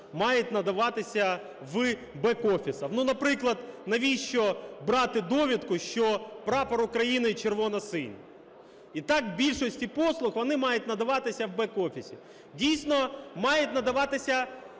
мають надаватися в бек-офісах. Наприклад, навіщо брати довідку, що Прапор України червоно-синій? І так у більшості послуг, вони мають надаватися в бек-офісі. Дійсно, мають надаватися